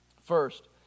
first